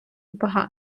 багатий